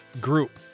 group